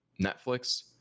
Netflix